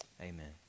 Amen